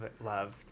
loved